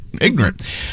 ignorant